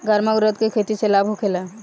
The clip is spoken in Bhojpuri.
गर्मा उरद के खेती से लाभ होखे ला?